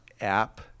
App